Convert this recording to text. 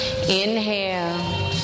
Inhale